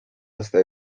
hasta